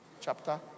Chapter